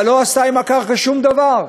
אבל לא עשתה עם הקרקע שום דבר.